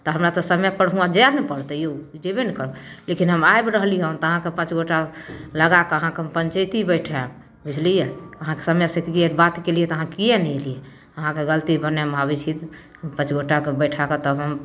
तऽ हमरा तऽ समय पर हुआँ जाए ने पड़तै यौ जेबे ने कर लेकिन हम आबि रहली हँ तऽ अहाँके पाँच गोटा लगाकऽ अहाँके हम पनचैती बैठाएब बुझलिए अहाँके समय से क्लियर बात केलिए तऽ अहाँ किएक नहि अएलिए अहाँके गलती भने हम आबै छी पाँच गोटाके बैठाकऽ तब हम